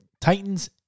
Titans